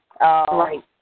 Right